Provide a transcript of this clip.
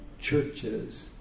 churches